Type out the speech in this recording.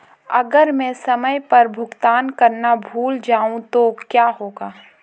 अगर मैं समय पर भुगतान करना भूल जाऊं तो क्या होगा?